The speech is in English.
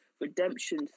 redemption